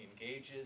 engages